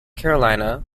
carolina